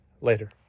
Later